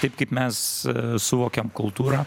taip kaip mes suvokiam kultūrą